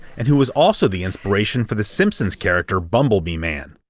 and who was also the inspiration for the simpsons character bumblebee man.